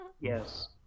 Yes